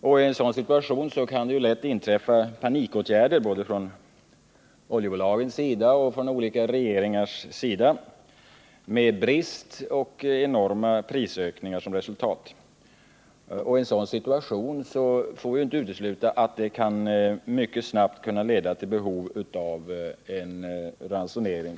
Med en så känslig marknadssituation kan det lätt inträffa att panikåtgärder vidtas från oljebolagens sida och från olika regeringars sida med brister och enorma prisökningar som resultat, vilket mycket snabbt kan leda till behov av en oljeransonering.